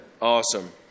awesome